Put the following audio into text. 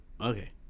Okay